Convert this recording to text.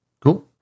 Cool